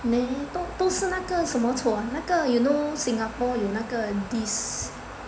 那都是那个什么搓那个 you know Singapore 有那个 dis~